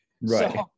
Right